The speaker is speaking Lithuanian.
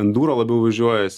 enduro labiau važiuojas